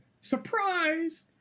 Surprise